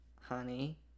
Honey